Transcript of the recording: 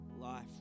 life